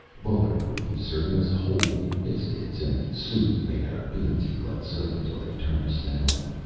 bullard would be serving us whole wheat biscuits and soup made out of beans he'd let soak until they turned sour.